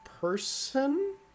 person